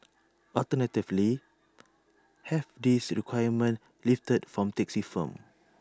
alternatively have these requirements lifted from taxi firms